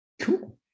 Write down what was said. cool